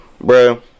bro